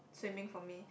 swimming for me